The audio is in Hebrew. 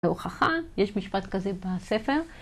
הוכחה, יש משפט כזה בספר.